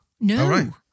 no